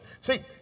See